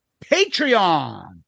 Patreon